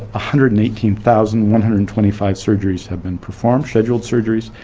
hundred nineteen thousand one hundred and twenty five surgeries have been performed, scheduled surgeries.